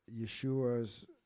Yeshua's